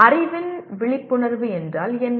அறிவின் விழிப்புணர்வு என்றால் என்ன